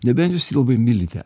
nebent jūs jį labai mylite